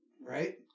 Right